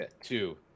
Two